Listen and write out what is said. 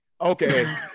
Okay